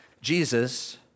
Jesus